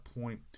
point